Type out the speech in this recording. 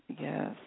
yes